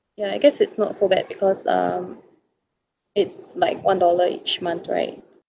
ya I guess it's not so bad because um it's like one dollar each month right